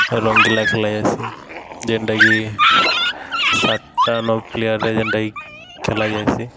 ରଙ୍ଗିଲା ଖେଲାଯାଏସି ଯେନ୍ଟାକି ସାତ୍ଟା ନ ପ୍ଲେୟାର୍ରେ ଯେନ୍ଟାକି ଖେଲାଯାଏସି